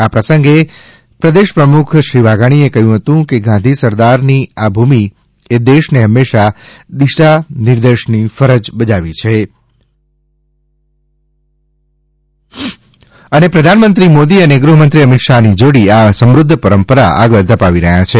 આ પ્રસંગે પ્રદેશ પ્રમુખ જીતુભાઈ વઘાણી એ કહ્યું હતું કે ગાંધી સરદારની આ ભૂમિ એ દેશને હમેશા દિશા દર્શનની ફરજ બજાવી છે અને પ્રધાનમંત્રી મોદી અને ગૃહ મંત્રી અમિત શાહની જોડી આ સમૃધ્દ્ધ પરંપરા આગળ ધપાવી રહી છે